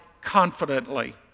confidently